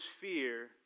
fear